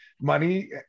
money